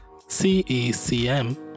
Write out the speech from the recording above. CECM